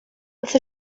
with